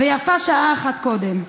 ויפה שעה אחת קודם.